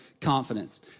confidence